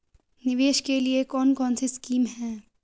निवेश के लिए कौन कौनसी स्कीम हैं?